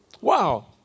Wow